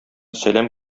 сәлам